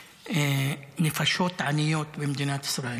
נפשות עניות במדינת ישראל.